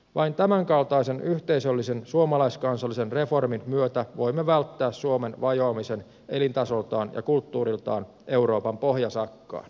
vain tämänkaltaisen yhteisöllisen suomalaiskansallisen reformin myötä voimme välttää suomen vajoamisen elintasoltaan ja kulttuuriltaan euroopan pohjasakkaan